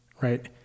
right